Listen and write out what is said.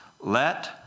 let